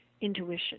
intuition